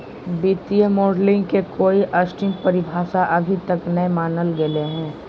वित्तीय मॉडलिंग के कोई सटीक परिभाषा अभी तक नय मानल गेले हें